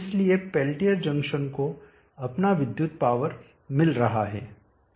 इसलिए Peltier junction को अपना विद्युत पावर मिल रहा है